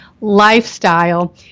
lifestyle